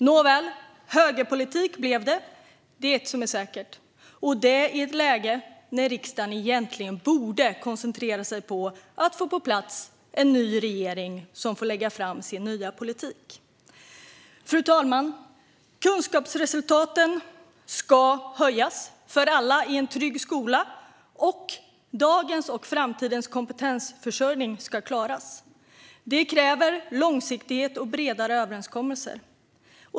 Nåväl, högerpolitik blev det - det är ett som är säkert - och det i ett läge då riksdagen egentligen borde koncentrera sig på att få en ny regering på plats så att den kan lägga fram sin nya politik. Fru talman! Kunskapsresultaten ska höjas för alla i en trygg skola, och dagens och framtidens kompetensförsörjning ska klaras. Då krävs det långsiktighet och bredare överenskommelser.